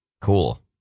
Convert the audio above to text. cool